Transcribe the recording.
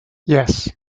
yes